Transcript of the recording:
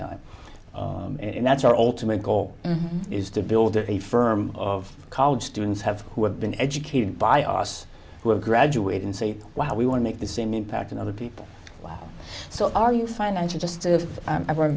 time and that's our ultimate goal is to build a firm of college students have who have been educated by us who are graduate and say wow we want to make the same impact in other people so are you financial just